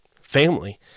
family